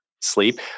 sleep